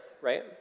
right